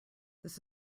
this